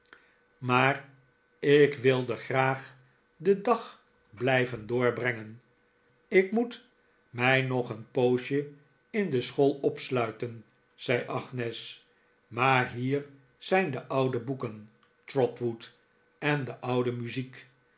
maar ik wilde graag den dag blijven doorbrengen ik moet mij nog een poosje in de school opsluiten zei agnes maar hier zijn de oude boeken trotwood en de oude muziek